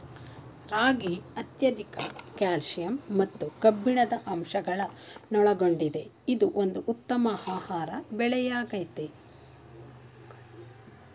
ರಾಗಿ ಅತ್ಯಧಿಕ ಕ್ಯಾಲ್ಸಿಯಂ ಮತ್ತು ಕಬ್ಬಿಣದ ಅಂಶಗಳನ್ನೊಳಗೊಂಡಿದೆ ಇದು ಒಂದು ಉತ್ತಮ ಆಹಾರ ಬೆಳೆಯಾಗಯ್ತೆ